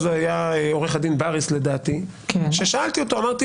לדעתי אז היה עורך הדין באריס אחרי שהוא הסביר